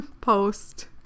post